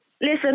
listen